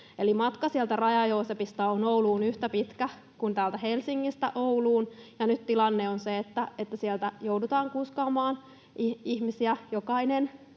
sieltä Raja-Joosepista on Ouluun yhtä pitkä kuin täältä Helsingistä Ouluun. Ja nyt tilanne on se, että sieltä joudutaan kuskaamaan ihmisiä,